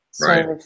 Right